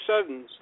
sudden